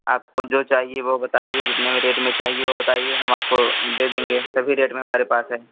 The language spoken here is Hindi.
आपको जो चाहिए वो बताइए जितने रेट में चाहिए वो बताइए हम आपको दे देंगे सभी रेट में हमारे पास हैं